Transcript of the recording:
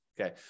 okay